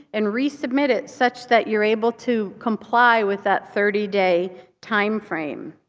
and resubmit it such that you're able to comply with that thirty day timeframe.